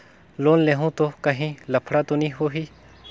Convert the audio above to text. Loan लेहूं ता काहीं लफड़ा तो नी होहि?